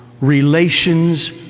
relations